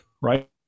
right